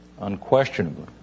Unquestionably